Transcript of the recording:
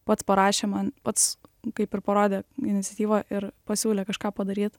pats parašė man pats kaip ir parodė iniciatyvą ir pasiūlė kažką padaryt